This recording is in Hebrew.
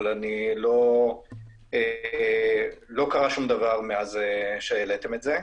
אבל לא קרה שום דבר מאז שהעליתם את זה,